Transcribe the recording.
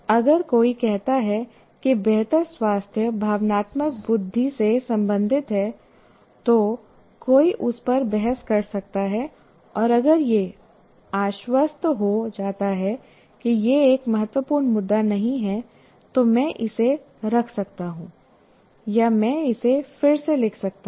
अगर कोई कहता है कि बेहतर स्वास्थ्य भावनात्मक बुद्धि से संबंधित है तो कोई उस पर बहस कर सकता है और अगर यह आश्वस्त हो जाता है कि यह एक महत्वपूर्ण मुद्दा नहीं है तो मैं इसे रख सकता हूं या मैं इसे फिर से लिख सकता हूं